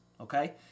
okay